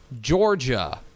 Georgia